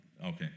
Okay